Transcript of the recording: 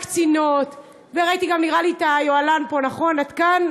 עכשיו, אני רוצה, כי תכף נגמר לי הזמן, קודם כול,